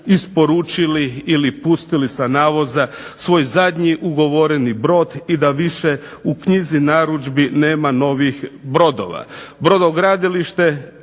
isporučili ili pustili sa navoza svoj zadnji ugovoreni brod i da više u knjizi narudžbi nema novih brodova.